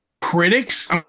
Critics